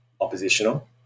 oppositional